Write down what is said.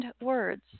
words